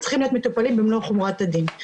צריכים להיות מטופלים במלוא חומרת הדין.